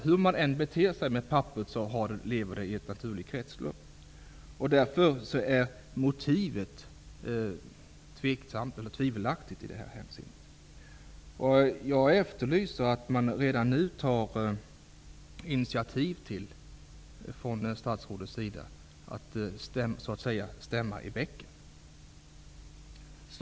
Hur man än beter sig med papperet ingår det i ett naturligt kretslopp. Därför är motivet till lagen tvivelaktigt i detta hänseende. Jag efterlyser initiativ från statsrådet redan nu, så att han så att säga stämmer i bäcken.